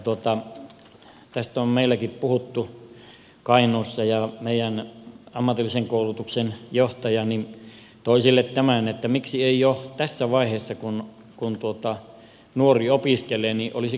tästä on meillä kainuussakin puhuttu ja meidän ammatillisen koulutuksen johtaja toi esille tämän että miksi ei jo tässä vaiheessa kun nuori opiskelee olisi kahdeksan tunnin päiviä